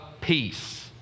Peace